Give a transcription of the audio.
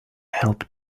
help